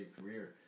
career